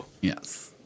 Yes